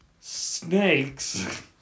Snakes